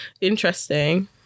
interesting